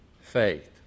faith